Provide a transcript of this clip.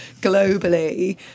globally